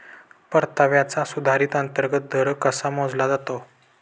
परताव्याचा सुधारित अंतर्गत दर कसा मोजला जातो?